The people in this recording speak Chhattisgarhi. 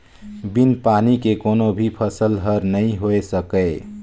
बिन पानी के कोनो भी फसल हर नइ होए सकय